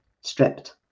stripped